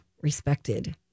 Respected